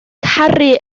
caru